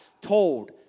told